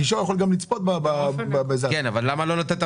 בהרשאת גישה הוא יכול גם לצפות במידע.